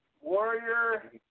Warrior